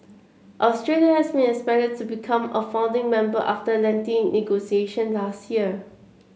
Australia has been expected to become a founding member after lengthy negotiation last year